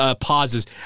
pauses